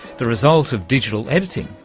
the result of digital editing,